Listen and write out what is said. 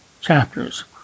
chapters